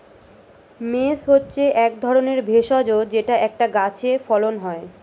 mace হচ্ছে এক ধরনের ভেষজ যেটা একটা গাছে ফলন হয়